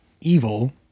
evil